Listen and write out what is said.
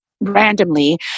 randomly